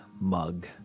mug